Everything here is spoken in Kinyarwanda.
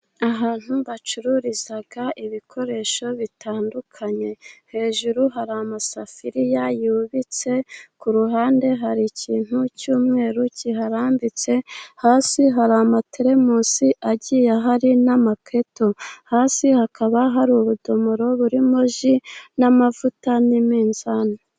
Ahantu bacururiza ibikoresho bitandukanye, hejuru hari amasafuriya yubitse, kuruhande hari ikintu cyumweru kiharambitse, hasi hari amatelemusi agiye ahari n'amaketo, hasi hakaba hari ubudomoro burimo ji n'amavuta n'umunzani.